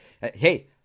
Hey